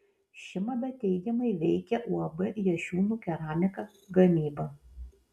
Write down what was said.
ši mada teigiamai veikia uab jašiūnų keramika gamybą